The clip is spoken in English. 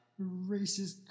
racist